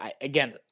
again